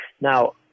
Now